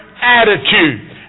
attitude